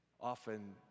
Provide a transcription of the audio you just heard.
often